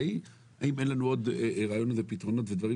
האם אין לנו עוד רעיונות ופתרונות ודברים